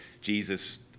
Jesus